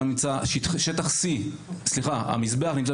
המזבח נמצא בשטח B,